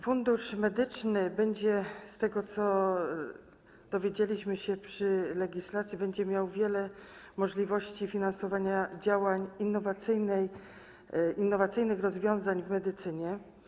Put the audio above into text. Fundusz Medyczny - z tego, co dowiedzieliśmy się przy legislacji - będzie miał wiele możliwości finansowania działań, innowacyjnych rozwiązań w medycynie.